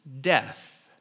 death